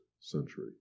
century